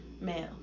male